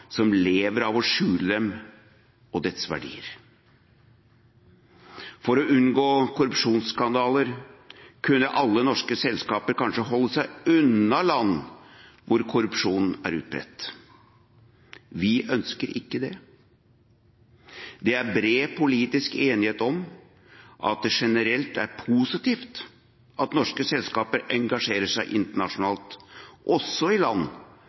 som lever av å skjule dem og dets verdier. For å unngå korrupsjonsskandaler kunne alle norske selskaper kanskje holde seg unna land hvor korrupsjon er utbredt. Vi ønsker ikke det. Det er bred politisk enighet om at det generelt er positivt at norske selskaper engasjerer seg internasjonalt, også i land